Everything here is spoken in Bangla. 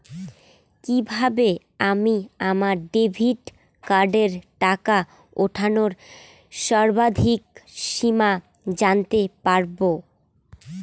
কিভাবে আমি আমার ডেবিট কার্ডের টাকা ওঠানোর সর্বাধিক সীমা জানতে পারব?